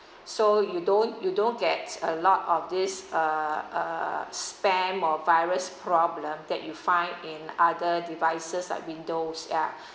so you don't you don't get a lot of this uh uh spam or virus problem that you find in other devices like windows ya